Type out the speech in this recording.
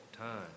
time